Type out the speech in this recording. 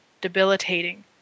debilitating